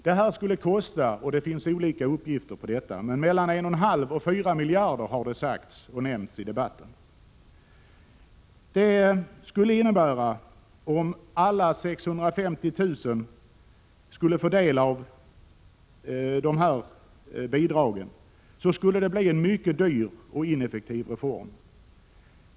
Detta skulle kosta mellan 1 1/2 och 4 miljarder kronor, har det sagts— det finns litet olika uppgifter. Om alla 650 000 skulle få del av bidragen skulle detta bli en både dyr och ineffektiv reform.